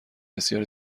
بسیار